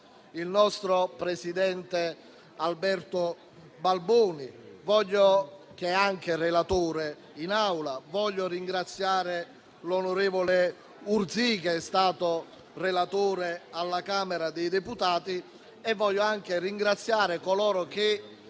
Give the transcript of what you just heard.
il nostro presidente Alberto Balboni, che è anche relatore in Aula. Voglio ringraziare l'onorevole Urzì, che è stato relatore alla Camera dei deputati. E voglio anche ringraziare coloro che